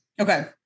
Okay